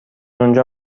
اونجا